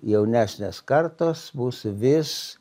jaunesnės kartos bus vis